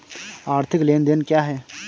आर्थिक लेनदेन क्या है?